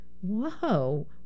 whoa